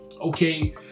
Okay